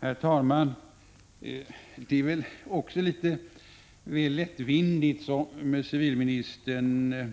Herr talman! Det är litet lättvindigt att som civilministern